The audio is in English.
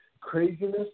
craziness